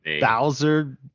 Bowser